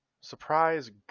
surprise